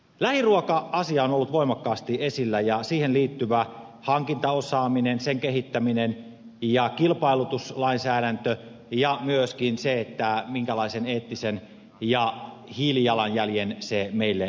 lähiruoka asia on ollut voimakkaasti esillä ja siihen liittyvä hankintaosaaminen sen kehittäminen ja kilpailutuslainsäädäntö ja myöskin se minkälaisen eettisen ja hiilijalanjäljen se meille jättää